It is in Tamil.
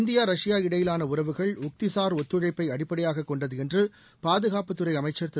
இந்தியா ரஷ்யா இடையிலான உறவுகள் உக்திசார் ஒத்துழைப்பை அடிப்படையாகக் கொண்டது என்று பாதுகாப்புத் துறை அமைச்சர் திரு